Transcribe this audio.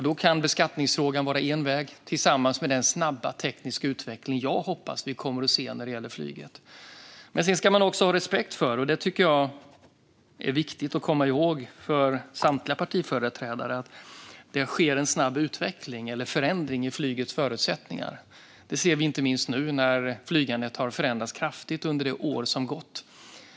Då kan beskattningsfrågan vara en väg, tillsammans med den snabba tekniska utveckling jag hoppas att vi kommer att se när det gäller flyget. Man ska också ha respekt för, och det tycker jag är viktigt att komma ihåg för samtliga partiföreträdare, att det sker en snabb utveckling eller förändring av flygets förutsättningar. Det ser vi inte minst nu, när flygandet har förändrats kraftigt under det år som gått.